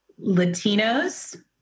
Latinos